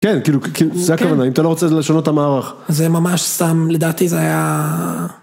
כן, זה הכוונה, אם אתה לא רוצה לשנות את המערך. זה ממש סם, לדעתי זה היה...